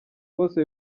bose